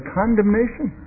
condemnation